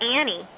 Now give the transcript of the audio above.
Annie